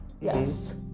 Yes